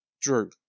Drew